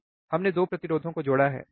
हमने 2 प्रतिरोधों को जोड़ा है ठीक है